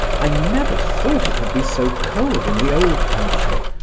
i never thought it would be so cold in the old country.